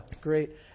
great